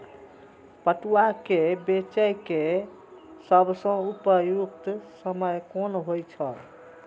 पटुआ केय बेचय केय सबसं उपयुक्त समय कोन होय छल?